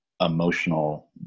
emotional